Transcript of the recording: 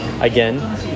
again